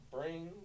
Bring